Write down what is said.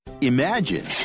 Imagine